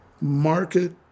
market